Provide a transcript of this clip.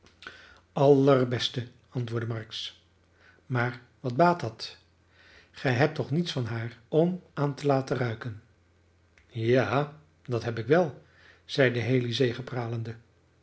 allerbeste antwoordde marks maar wat baat dat gij hebt toch niets van haar om aan te laten ruiken ja dat heb ik wel zeide haley